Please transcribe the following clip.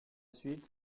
suite